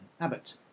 Abbott